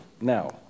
Now